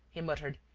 he muttered.